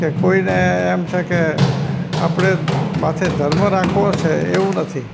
કે કોઈને એમ છે કે આપણી માથે ધર્મ રાખવો છે એવું નથી